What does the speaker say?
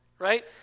Right